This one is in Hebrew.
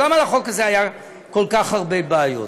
למה לחוק הזה היו כל כך הרבה בעיות?